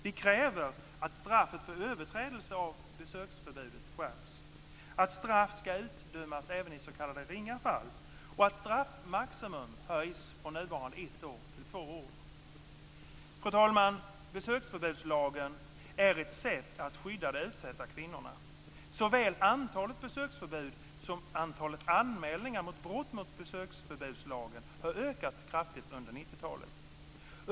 Vi kräver att straffet för överträdelse av besöksförbudet skärps, att straff ska utdömas även i s.k. ringa fall och att straffmaximum höjs från nuvarande ett år till två år. Fru talman! Besöksförbudslagen är ett sätt att skydda de utsatta kvinnorna. Såväl antalet besöksförbud som antalet anmälda brott mot besöksförbudslagen har ökat kraftigt under 1990-talet.